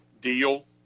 deal